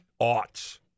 aughts